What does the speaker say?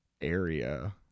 area